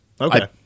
Okay